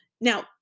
Now